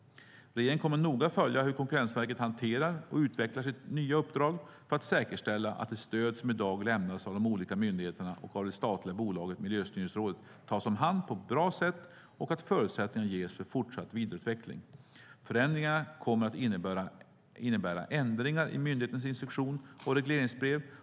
Regeringen kommer att noga följa hur Konkurrensverket hanterar och utvecklar sitt nya uppdrag, för att säkerställa att det stöd som i dag lämnas av de olika myndigheterna och av det statliga bolaget Miljöstyrningsrådet tas om hand på ett bra sätt och att förutsättningar ges för fortsatt vidareutveckling. Förändringarna kommer att innebära ändringar i myndighetens instruktion och regleringsbrev.